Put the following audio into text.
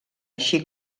així